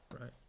right